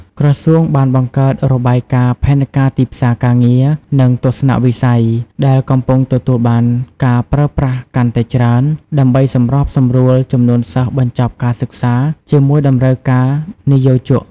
ក្រសួងបានបង្កើតរបាយការណ៍ផែនការទីផ្សារការងារ និងទស្សនវិស័យ ដែលកំពុងទទួលបានការប្រើប្រាស់កាន់តែច្រើន ដើម្បីសម្របសម្រួលចំនួនសិស្សបញ្ចប់ការសិក្សាជាមួយតម្រូវការនិយោជក។